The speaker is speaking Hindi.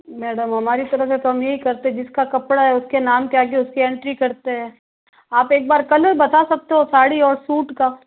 मैडम हमारी तरफ तो हम ये ही करते जिसका कपड़ा है उसके नाम के आगे उसकी एंट्री करते हैं आप एक बार कलर बता सकते हो साड़ी और सूट का